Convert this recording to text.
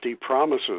promises